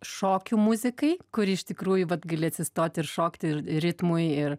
šokių muzikai kuri iš tikrųjų vat gali atsistoti ir šokti ir ir ritmui ir